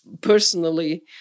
personally